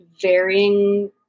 varying